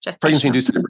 pregnancy-induced